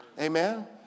Amen